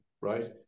right